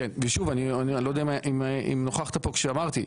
ושוב אני לא יודע אם נוכחת פה כשאמרתי,